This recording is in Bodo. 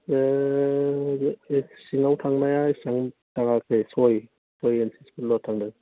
सिंआव थांनाया एसेबां थांङाखै सय सय इन्सिफोरल' थांदों